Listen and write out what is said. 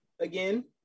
again